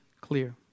clear